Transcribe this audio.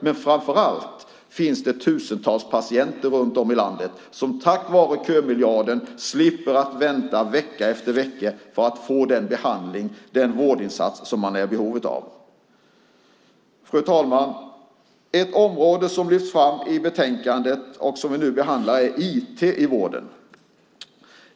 Men framför allt finns det tusentals patienter runt om i landet som tack vare kömiljarden slipper vänta vecka efter vecka på att få den behandling och den vårdinsats som de är i behov av. Fru talman! Ett område som lyfts fram i det betänkande som vi nu behandlar är IT i vården.